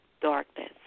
Darkness